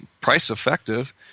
price-effective